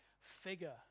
figure